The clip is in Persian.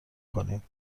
کنیم